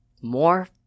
more